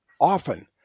often